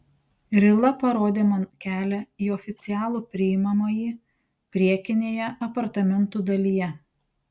rila parodė man kelią į oficialų priimamąjį priekinėje apartamentų dalyje